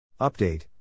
Update